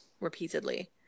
repeatedly